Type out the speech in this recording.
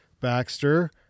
Baxter